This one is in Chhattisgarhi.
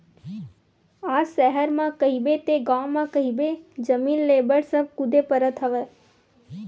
आज सहर म कहिबे ते गाँव म कहिबे जमीन लेय बर सब कुदे परत हवय